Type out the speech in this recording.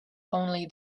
only